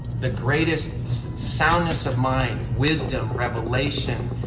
the greatest soundness of mind, wisdom, revelation.